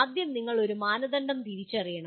ആദ്യം നിങ്ങൾ ഒരു മാനദണ്ഡം തിരിച്ചറിയണം